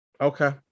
okay